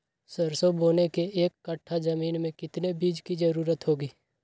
सरसो बोने के एक कट्ठा जमीन में कितने बीज की जरूरत होंगी?